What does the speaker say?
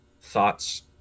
thoughts